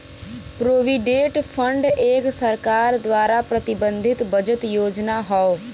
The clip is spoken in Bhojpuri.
प्रोविडेंट फंड एक सरकार द्वारा प्रबंधित बचत योजना हौ